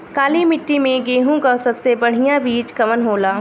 काली मिट्टी में गेहूँक सबसे बढ़िया बीज कवन होला?